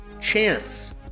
Chance